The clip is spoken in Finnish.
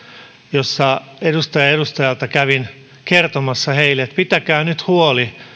jossa edustaja edustajalta kävin kertomassa että pitäkää nyt huoli